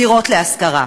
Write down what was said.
בדירות להשכרה.